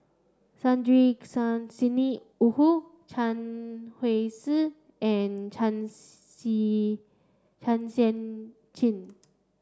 Sidney Woodhull Chen Wen Hsi and Chua Si Chua Sian Chin